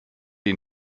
den